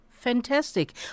Fantastic